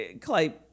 Clay